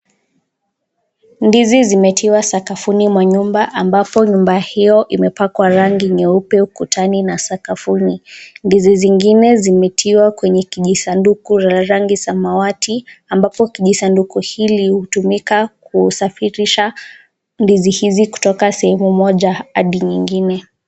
Ndizi zimetiwa sakafuni mwa nyumba ambapo rangi hiyo Ina rangi ya nyeupe ukutani na sakafuni ndizi zingine zimetiwa kwenye kijisanduku lenye rangi ya kisamawati ambapo kijisanduku hili hutumika kusafirisha ndizi hizi kutoka moja hadi zingine.